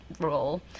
role